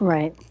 Right